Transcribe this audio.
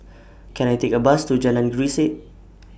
Can I Take A Bus to Jalan Grisek